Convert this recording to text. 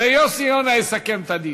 ויוסי יונה יסכם את הדיון.